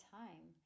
time